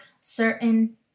certain